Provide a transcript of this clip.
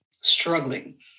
struggling